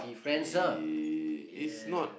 eh is not